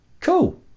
cool